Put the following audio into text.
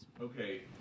Okay